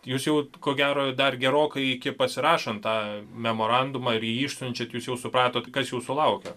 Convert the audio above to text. jūs jau ko gero dar gerokai iki pasirašant tą memorandumą ir jį išsiunčiant jūs jau supratot kas jūsų laukia